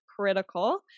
critical